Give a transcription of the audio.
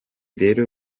rero